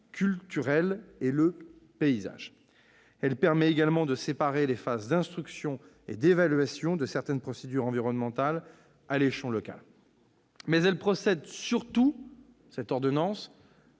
Elle permet également de séparer les phases d'instruction et d'évaluation de certaines procédures environnementales à l'échelon local. Cette ordonnance